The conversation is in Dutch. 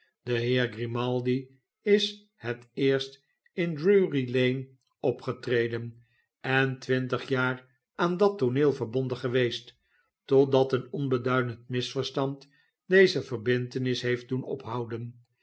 de heer grimaldi is het eerst in drurylane opgetreden en twintig jaar aan dat tooneel verbonden geweest totdat een onbeduidend misverstand deze verbintenis heeft doen ophouden